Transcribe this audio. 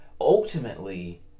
ultimately